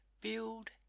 build